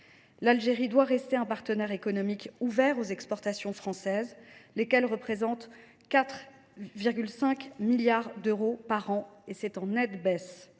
L’Algérie doit rester un partenaire économique ouvert aux exportations françaises, lesquelles représentent 4,5 milliards d’euros par an, un chiffre en nette baisse.